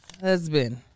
Husband